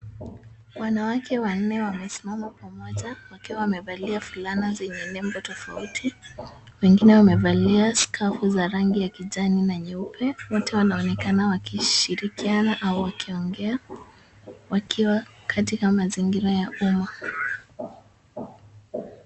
Wanawake wanne wamesimama pamoja wakiwa wamevalia fulana zenye nembo tofauti, wengine wamevalia skafu za rangi ya kijani na nyeupe, wote wanaonekana wakishirikiana au wakiongea wakiwa katika mazingira ha umma.